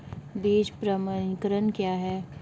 बीज प्रमाणीकरण क्या है?